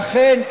ואכן,